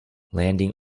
landing